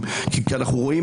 כי משלמים לי.